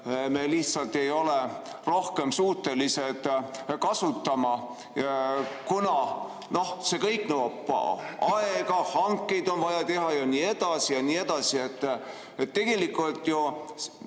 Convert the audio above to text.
me lihtsalt ei ole rohkem suutelised kasutama, kuna see kõik nõuab aega, hankeid on vaja teha ja nii edasi, ja nii edasi. Tegelikult ju,